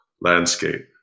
landscape